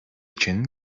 için